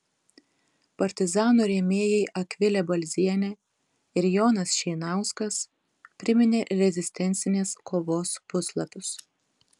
partizanų rėmėjai akvilė balzienė ir jonas šeinauskas priminė rezistencinės kovos puslapius